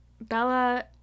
Bella